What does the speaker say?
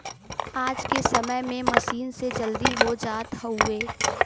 आज के समय में मसीन से जल्दी हो जात हउवे